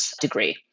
degree